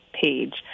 page